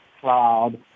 cloud